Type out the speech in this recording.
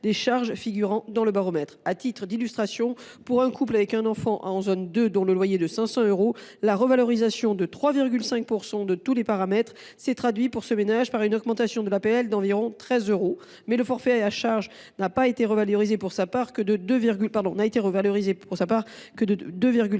des charges figurant dans le barème. À titre d’illustration, pour un couple avec un enfant en zone II dont le loyer est de 500 euros, la revalorisation de 3,5 % de tous les paramètres se serait traduite par une augmentation des APL d’environ 13 euros, mais le forfait de charges n’a été revalorisé que de 2,30